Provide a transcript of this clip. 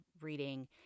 reading